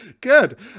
Good